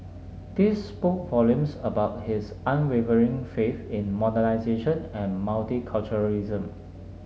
this spoke volumes about his unwavering faith in modernisation and multiculturalism